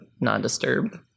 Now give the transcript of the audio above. non-disturbed